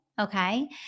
okay